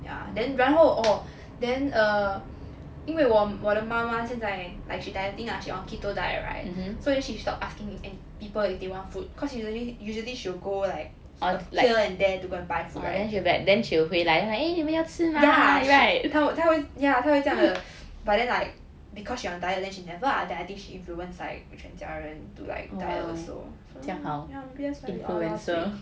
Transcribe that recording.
ya then 然后 oh then err 因为我我的妈妈现在 like she dieting lah she on keto diet right so she will stop asking people if they want food cause usually usually she will go like err here and there to go and buy food right ya she ya 她会这样的 but then like because she on diet then she never ah then I think she influenced like 全家人 to like diet also yeah so maybe that's why we all lost weight